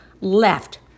left